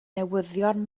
newyddion